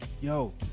Yo